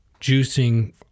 juicing